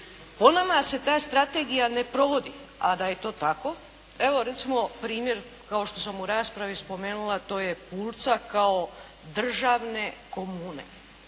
po nama se ta strategija ne provodi. A da je to tako evo recimo primjer kao što sam u raspravi spomenula to je … /Govornica se ne